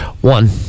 One